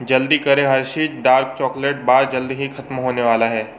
जल्दी करें Hershey's dark chocolate bar जल्द ही ख़त्म होने वाला है